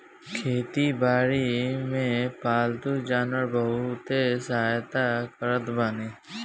खेती बारी में पालतू जानवर बहुते सहायता करत बाने